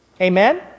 Amen